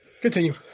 Continue